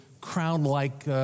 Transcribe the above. crown-like